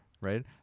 right